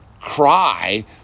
cry